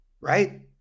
right